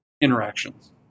interactions